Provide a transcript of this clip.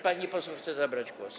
Pani poseł chce zabrać głos.